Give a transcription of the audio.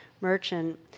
merchant